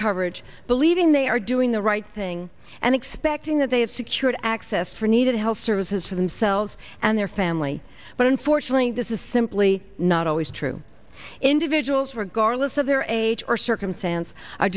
coverage believing they are doing the right thing and expecting that they have secured access for needed health services for themselves and their family but unfortunately this is simply not always true individuals regardless of their age or circumstance